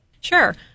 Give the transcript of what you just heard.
Sure